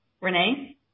Renee